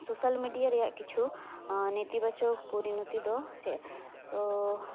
social media ᱨᱮᱭᱟᱜ ᱠᱤᱪᱷᱩ ᱱᱤᱛᱤ ᱵᱟᱪᱚᱠ ᱯᱚᱨᱤᱱᱚᱛᱤ ᱫᱚ ᱪᱮᱫ